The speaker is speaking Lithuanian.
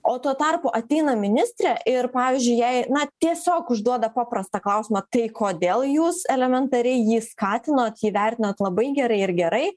o tuo tarpu ateina ministrė ir pavyzdžiui jai na tiesiog užduoda paprastą klausimą tai kodėl jūs elementariai jį skatinot jį vertinot labai gerai ir gerai